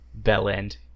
Bellend